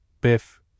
biff